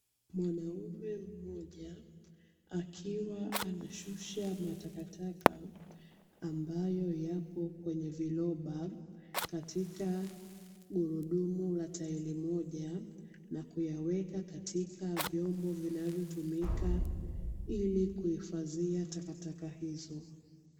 Mwanaume mmoja akiwa anashusha matakataka ambayo yapo kwenye viroba katika gurudumu la tairi moja, na kuyaweka katika vyombo vinavyotumika ili kuhifadhia takataka hizo.